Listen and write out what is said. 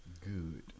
Good